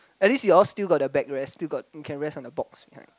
at least you all still got the backrest still got you can rest on the box behind